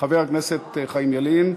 חבר הכנסת חיים ילין,